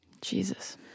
Jesus